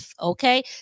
okay